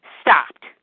stopped